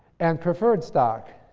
and preferred stock.